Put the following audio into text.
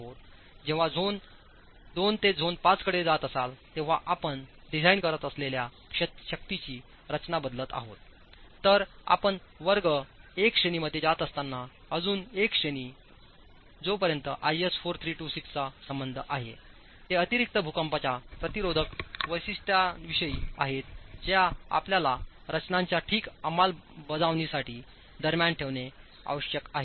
जेव्हा आपणझोन IIते झोन V कडे जात असाल तेव्हा आपण डिझाइन करत असलेल्या शक्तीची रचना बदलत आहे तर आपण वर्ग एक श्रेणीमध्ये जात असताना अजून एक श्रेणी जोपर्यंत आयएस 4326 चा संबंध आहे तेअतिरिक्त भूकंपाच्या प्रतिरोधक वैशिष्ट्यांविषयी आहेत ज्या आपल्याला रचनाच्या ठीक अंमलबजावणी दरम्यान ठेवणे आवश्यक आहे